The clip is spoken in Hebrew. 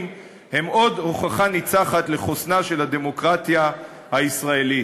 הם עוד הוכחה ניצחת לחוסנה של הדמוקרטיה הישראלית.